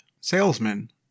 salesman